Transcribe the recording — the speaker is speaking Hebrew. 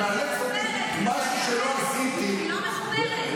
לעזור למי שנפגעו.